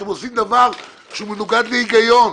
אתם עושים דבר שמנוגד להיגיון,